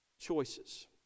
choices